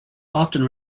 often